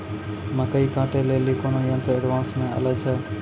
मकई कांटे ले ली कोनो यंत्र एडवांस मे अल छ?